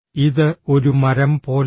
ഇത് ഒരു മരം പോലെയാണ്